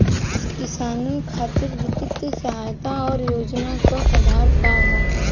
किसानन खातिर वित्तीय सहायता और योजना क आधार का ह?